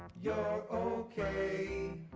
you're okay